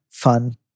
Fun